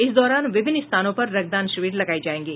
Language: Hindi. इस दौरान विभिन्न स्थानों पर रक्तदान शिविर लगाये जायेंगे